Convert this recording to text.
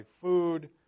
food